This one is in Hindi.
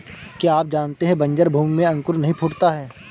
क्या आप जानते है बन्जर भूमि में अंकुर नहीं फूटता है?